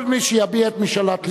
כל מי שיביע את משאלת לבו.